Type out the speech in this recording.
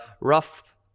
rough